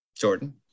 jordan